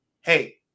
hey